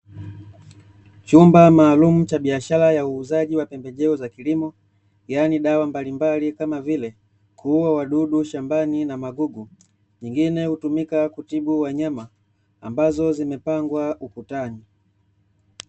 Chumba maalum cha biashara ya uuzaji wa pembejeo za kilimo yaani dawa mbalimbali kama vile kuua wadudu shambani na magugu, nyingine hutumika kutibu wanyama ambazo zimepangwa ukutani.